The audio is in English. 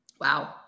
Wow